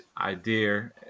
idea